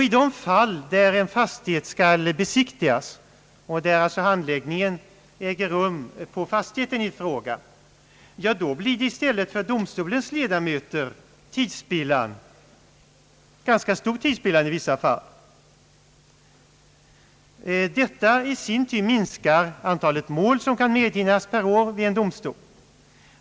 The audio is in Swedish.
I de fall då en fastighet skall besiktigas och där alltså handläggningen äger rum på fastigheten i fråga blir det å andra sidan för domstolens ledamöter i vissa fall ganska stor tidsspillan. Detta i sin tur minskar antalet mål som kan medhinnas per år vid en domstol.